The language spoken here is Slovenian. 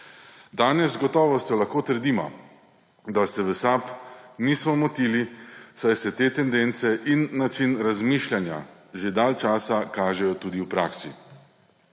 Danes z gotovostjo lahko trdimo, da se v SAB nismo motili, saj se te tendence in način razmišljanja že dalj časa kažejo tudi v praksi.